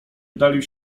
oddalił